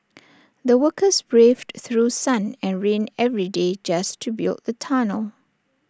the workers braved through sun and rain every day just to build the tunnel